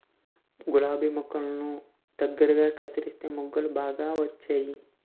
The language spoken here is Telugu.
గులాబి మొక్కల్ని దగ్గరగా కత్తెరిస్తే మొగ్గలు బాగా వచ్చేయి